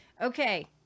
Okay